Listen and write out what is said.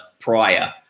prior